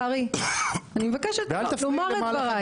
קרעי, אני מבקשת לומר את דבריי.